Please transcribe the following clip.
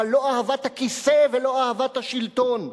אבל לא אהבת הכיסא ולא אהבת השלטון.